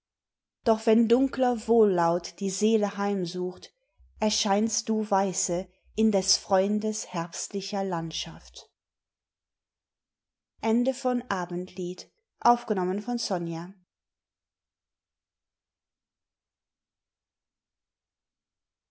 doch wenn dunkler wohllaut die seele heimsucht erscheinst du weiße in des freundes herbstlicher landschaft